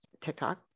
TikTok